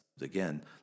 Again